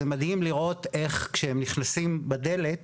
זה מדהים לראות איך כשהם נכנסים בדלת